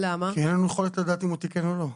כי אין יכולת לדעת אם הוא תיקן או לא.